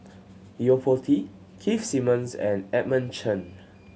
Yo Po Tee Keith Simmons and Edmund Chen